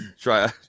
Try